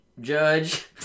Judge